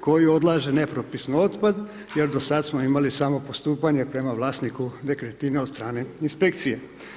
koji odlaže nepropisno otpad jer do sad smo imali samo postupanje prema vlasniku nekretnine od strane inspekcije.